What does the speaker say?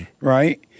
right